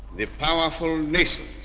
the powerful nations,